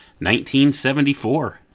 1974